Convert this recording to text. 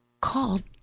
called